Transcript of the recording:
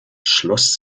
schloss